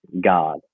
God